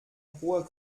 hoher